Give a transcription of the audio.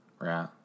Right